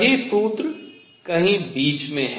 सही सूत्र कहीं बीच में है